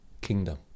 kingdom